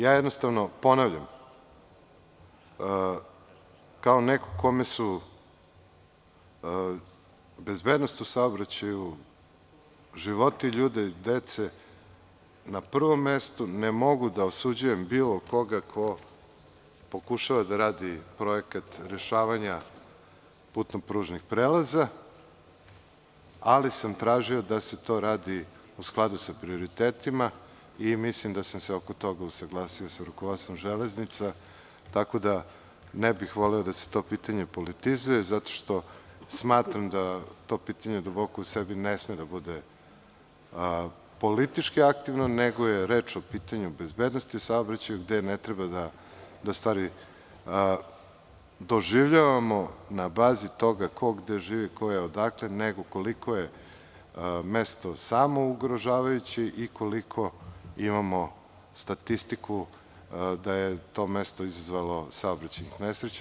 Jednostavno, ponavljam kao neko kome su bezbednost u saobraćaju, životi ljudi, dece na prvom mestu, ne mogu da osuđujem bilo koga ko pokušava da radi projekat rešavanja putno-pružnih prelaza, ali sam tražio da se to radi u skladu sa prioritetima i mislim da sam se oko toga usaglasio sa rukovodstvom „Železnica“, tako da ne bih voleo da se to pitanje politizuje zato što smatram da to pitanje duboko u sebi ne sme da bude politički aktivno, nego je reč o pitanju bezbednosti u saobraćaju, gde ne treba da stvari doživljavamo na bazi toga ko gde živi, ko je odakle, nego koliko je mesto samougrožavajuće i koliko imamo statistiku da je to mesto izazvalo saobraćajnih nesreća.